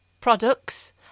products